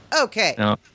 Okay